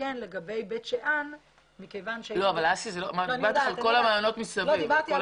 אני מדברת אתך על כל המעיינות מסביב.